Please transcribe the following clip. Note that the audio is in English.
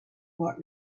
what